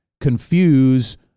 confuse